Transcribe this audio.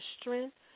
strength